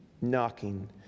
knocking